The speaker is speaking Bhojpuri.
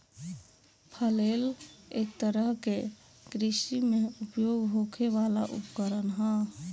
फ्लेल एक तरह के कृषि में उपयोग होखे वाला उपकरण ह